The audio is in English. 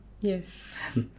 yes